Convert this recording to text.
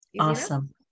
Awesome